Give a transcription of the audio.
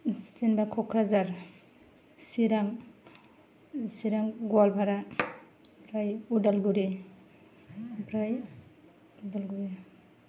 जेनबा कक्राझार सिरां सिरां गवालपारा ओमफ्राय उदालगुरि ओमफ्राय उदालगुरि